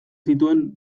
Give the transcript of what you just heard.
zituen